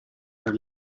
her